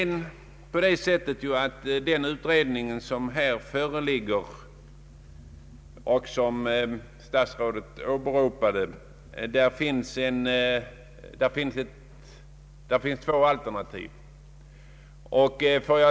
I den utredning som statsrådet åberopade finns två alternativ.